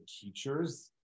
teachers